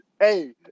hey